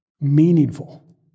meaningful